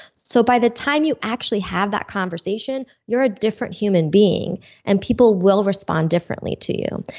so by the time you actually have that conversation, you're a different human being and people will respond differently to you,